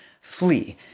flee